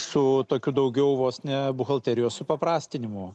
su tokiu daugiau vos ne buhalterijos supaprastinimu